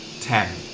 Ten